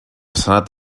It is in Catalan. senat